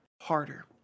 harder